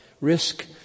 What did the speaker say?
risk